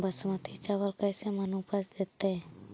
बासमती चावल कैसे मन उपज देतै?